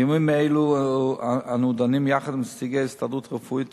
בימים אלו אנו דנים יחד עם נציגי ההסתדרות הרפואית,